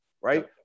right